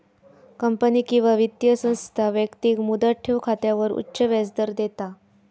company किंवा वित्तीय संस्था व्यक्तिक मुदत ठेव खात्यावर उच्च व्याजदर देता